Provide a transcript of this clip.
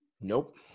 nope